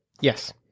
Yes